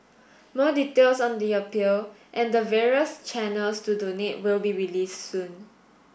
more details on the appeal and the various channels to donate will be released soon